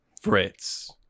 Fritz